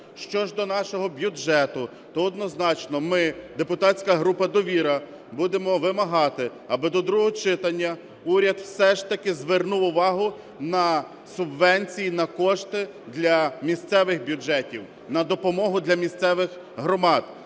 Що ж до нашого бюджету, то однозначно ми, депутатська група "Довіра", будемо вимагати, аби до другого читання уряд все ж таки звернув увагу на субвенції, на кошти для місцевих бюджетів, на допомогу для місцевих громад.